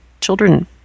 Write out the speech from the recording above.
children